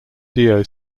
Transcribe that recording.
doc